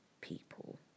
people